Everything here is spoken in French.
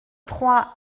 trois